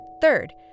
Third